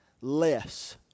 less